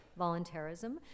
volunteerism